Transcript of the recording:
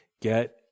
get